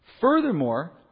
Furthermore